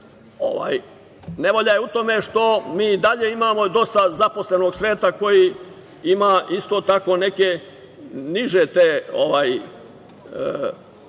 Nevolja je u tome što mi i dalje imamo dosta zaposlenog sveta koji ima isto tako neke niže